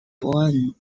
born